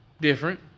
different